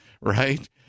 right